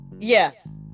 yes